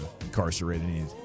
incarcerated